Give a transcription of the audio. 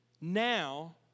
now